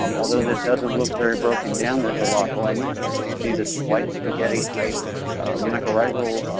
um although this doesn't look very broken down, there's a lot going on here. and we see this white spaghetti-type mycorrhizal,